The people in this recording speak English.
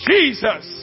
Jesus